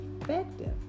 effective